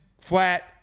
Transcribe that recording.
flat